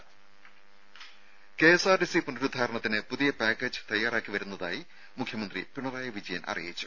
ദര കെഎസ്ആർടിസി പുനരുദ്ധാരണത്തിന് പുതിയ പാക്കേജ് തയാറാക്കി വരുന്നതായി മുഖ്യമന്ത്രി പിണറായി വിജയൻ അറിയിച്ചു